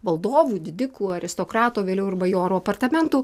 valdovų didikų aristokratų o vėliau ir bajorų apartamentų